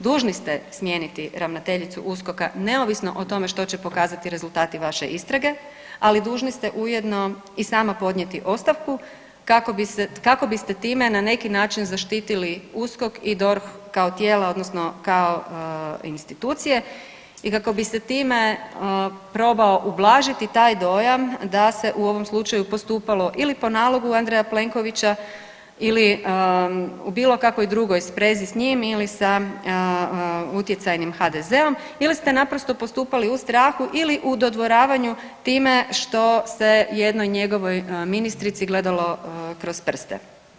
Dužni ste smijeniti ravnateljicu USKOK-a neovisno o tome što će pokazati rezultati vaše istrage, ali dužni ste ujedno i sama podnijeti ostavku kako biste time na neki način zaštitili USKOK i DORH kao tijela, odnosno kao institucije i kako biste time probao ublažiti taj dojam da se u ovom slučaju postupalo ili po nalogu Andreja Plenkovića ili u bilo kakvoj drugoj sprezi s njim ili sa utjecajnim HDZ-om ili ste naprosto postupali u starahu ili u dodvoravanju time što se jednoj njegovoj ministrici gledalo kroz prste.